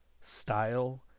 style